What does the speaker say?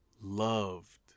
loved